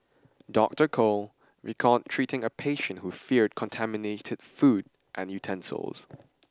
Doctor Koh recalled treating a patient who feared contaminated food and utensils